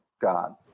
God